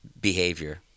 behavior